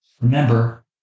Remember